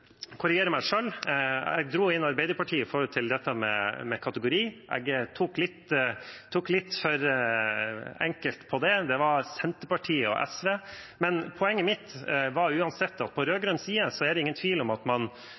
korrigere meg selv. Jeg dro inn Arbeiderpartiet når det gjelder dette med kategori. Jeg tok litt for enkelt på det; det var Senterpartiet og SV. Men poenget mitt var uansett at på rød-grønn side er det ingen tvil om at man